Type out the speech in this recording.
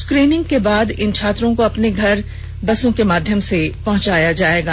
screening के बाद इन छात्रों को अपने घर बसों के माध्यम से पहंचाया जायेगा